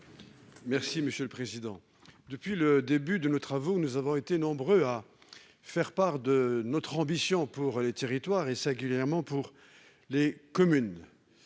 n° I-929 rectifié. Depuis le début de nos travaux, nous avons été nombreux à faire part de notre ambition pour les territoires, singulièrement pour les communes,